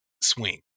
swing